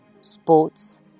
Sports